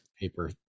paper